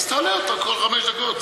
אז תעלה אותה כל חמש דקות.